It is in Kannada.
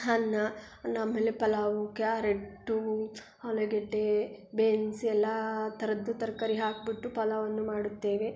ಅನ್ನ ಅನ್ನ ಆಮೇಲೆ ಪಲಾವು ಕ್ಯಾರೆಟ್ಟು ಆಲೂಗೆಡ್ಡೆ ಬೇನ್ಸ್ ಎಲ್ಲ ಥರದ್ದು ತರಕಾರಿ ಹಾಕಿಬಿಟ್ಟು ಪಲಾವನ್ನು ಮಾಡುತ್ತೇವೆ